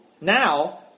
now